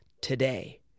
today